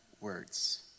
words